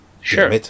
Sure